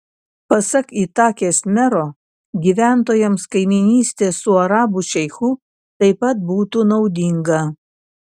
pasak itakės mero gyventojams kaimynystė su arabų šeichu taip pat būtų naudinga